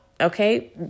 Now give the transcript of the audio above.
Okay